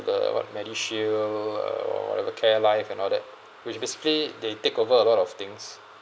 the what MediShield uh whatever care life and all that which basically they take over a lot of things